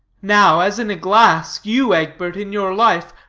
now, as in a glass, you, egbert, in your life,